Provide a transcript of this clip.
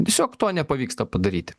tiesiog to nepavyksta padaryti